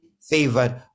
favored